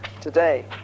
today